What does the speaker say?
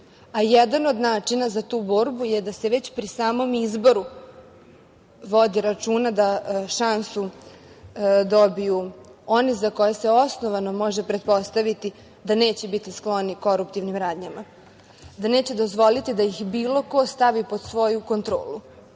od načina za tu borbu je da se već pri samom izboru vode računa da šansu dobiju one za koje se osnovano može pretpostaviti da neće biti skloni koruptivnim radnjama, da neće dozvoliti da ih bilo ko stavi pod svoju kontrolu,